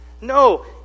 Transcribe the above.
No